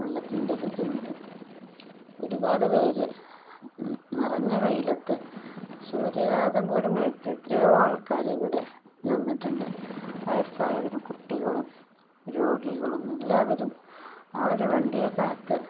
വെള്ളത്തിന്റെ ബുദ്ധിമുട്ട് ഒരുപാട് പേര് നിറഞ്ഞ വെയ്ലത്ത് സൂര്യഘാതം പോലും ഏറ്റ് എത്രയോ ആൾക്കാര് ഇവിടെ നിന്നിട്ടുണ്ട് വയസായവരും കുട്ടികളും രോഗികളും എല്ലാവരും അവര് വണ്ടിയെ കാത്ത്